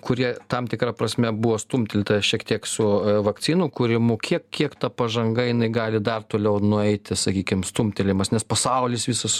kurie tam tikra prasme buvo stumtelėta šiek tiek su vakcinų kūrimu kiek kiek ta pažanga jinai gali dar toliau nueiti sakykim stumtelėjimas nes pasaulis visas